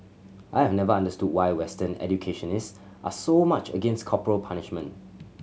I have never understood why Western educationist are so much against corporal punishment